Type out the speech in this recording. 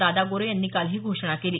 दादा गोरे यांनी काल ही घोषणा केली